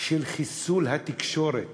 של חיסול התקשורת